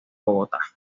bogotá